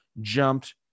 jumped